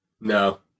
No